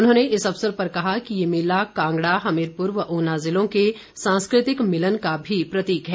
उन्होंने इस अवसर पर कहा कि ये मेला कांगड़ा हमीरपुर व उना जिलों के सांस्कृतिक मिलन का भी प्रतीक है